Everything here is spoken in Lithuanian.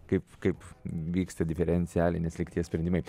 kaip kaip vyksta diferencialinės lygties sprendimai